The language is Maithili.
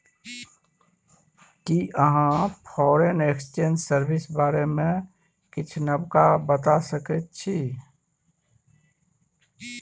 कि अहाँ फॉरेन एक्सचेंज सर्विस बारे मे किछ नबका बता सकै छी